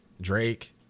Drake